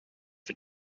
for